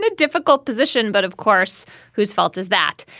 ah difficult position. but of course whose fault is that.